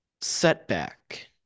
setback